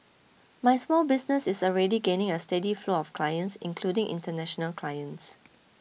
my small business is already gaining a steady flow of clients including international clients